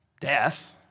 Death